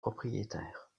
propriétaire